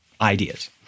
ideas